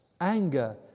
anger